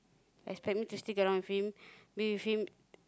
expect me to stick around with him live with him